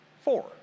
Four